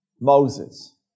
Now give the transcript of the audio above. Moses